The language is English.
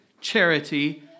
charity